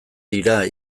dira